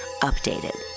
Updated